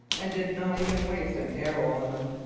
and did not even waste an arrow on them.